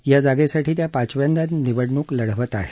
या जागेसाठी त्या पाचव्यांदा निवडणूक लढवत आहेत